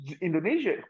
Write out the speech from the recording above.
Indonesia